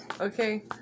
Okay